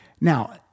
Now